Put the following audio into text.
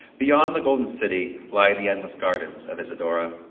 beyond the golden city lie the endless gardens of isidora,